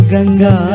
Ganga